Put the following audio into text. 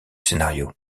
scénario